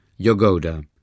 Yogoda